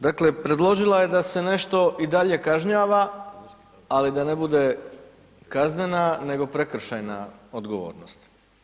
Dakle, predložila je da se nešto i dalje kažnjava ali da ne bude kaznena nego prekršajna odgovornost.